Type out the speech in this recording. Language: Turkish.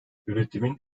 üretimin